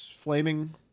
flaming